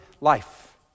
life